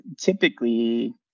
typically